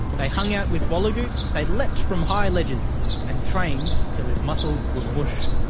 they hung out with wallagoot, they leapt from high ledges and trained till his muscles were moosh.